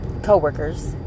co-workers